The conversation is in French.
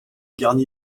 garni